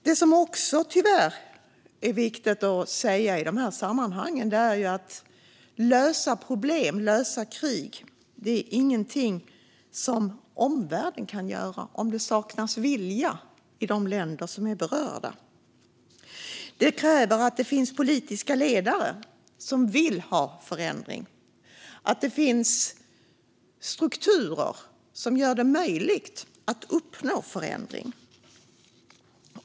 Det som också tyvärr är viktigt att säga i de här sammanhangen är att omvärlden inte kan lösa problem och lösa krig om det saknas vilja i de länder som är berörda. Det kräver att det finns politiska ledare som vill ha förändring och att det finns strukturer som gör det möjligt att uppnå förändring.